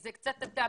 אתה קצת מטעה,